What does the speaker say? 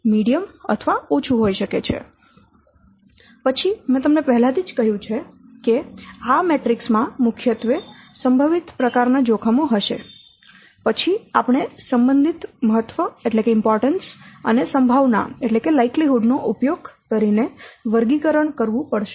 તેથી પછી મેં તમને પહેલેથી જ કહ્યું છે કે આ મેટ્રિક્સ માં મુખ્યત્વે સંભવિત પ્રકારનાં જોખમો હશે પછી આપણે સંબંધિત મહત્વ અને સંભાવના નો ઉપયોગ કરીને વર્ગીકરણ કરવું પડશે